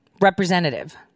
representative